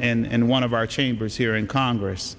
and one of our chambers here in congress